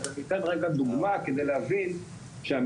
אז אני אתן דוגמה כדי להבין שהמכללות